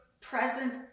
present